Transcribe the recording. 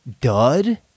Dud